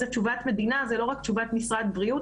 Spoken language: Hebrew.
זו תשובת מדינה ולא רק תשובת משרד הבריאות.